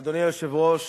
אדוני היושב-ראש,